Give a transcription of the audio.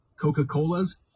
Coca-Cola's